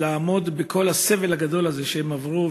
לעמוד בכל הסבל הגדול הזה שהם עברו.